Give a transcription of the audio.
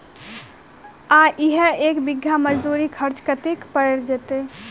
आ इहा एक बीघा मे मजदूरी खर्च कतेक पएर जेतय?